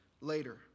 later